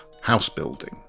house-building